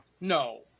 no